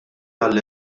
għall